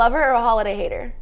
lover or holiday hater